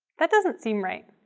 that doesn't seem right.